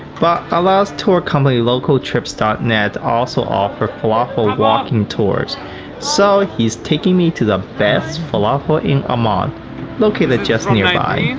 but ala's tour company localtrips dot net also offers falafel walking tour so he is taking me to the best falafel in amman located just nearby.